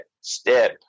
step